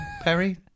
Perry